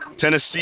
Tennessee